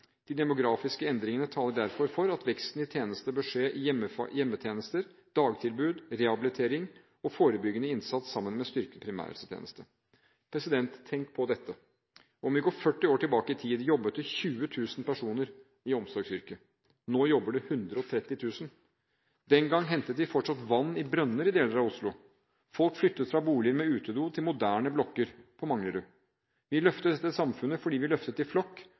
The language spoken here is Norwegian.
De demografiske endringene taler derfor for at veksten i tjenester bør skje i hjemmetjenester, dagtilbud, rehabilitering og forebyggende innsats, sammen med en styrket primærhelsetjeneste. Tenk på dette: Om vi går 40 år tilbake i tid, jobbet det 20 000 personer i omsorgsyrket. Nå jobber det 130 000. Den gang hentet vi fortsatt vann i brønner i deler av Oslo. Folk flyttet fra boliger med utedo til moderne blokker på Manglerud. Vi løftet dette samfunnet fordi vi løftet i flokk,